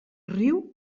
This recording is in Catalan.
riu